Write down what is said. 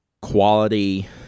quality